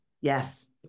Yes